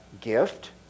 gift